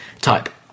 type